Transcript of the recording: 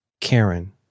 Karen